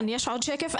אז אני מבקש ככה,